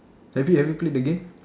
have you ever played the game